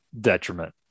detriment